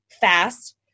fast